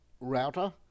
router